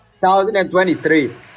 2023